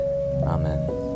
Amen